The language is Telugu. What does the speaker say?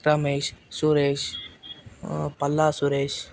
రమేష్ సురేష్ పల్లా సురేష్